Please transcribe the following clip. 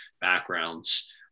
backgrounds